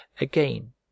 again